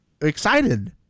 excited